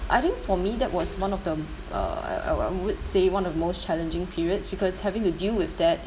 I think for me that was one of the uh I I would say one of the most challenging periods because having to deal with that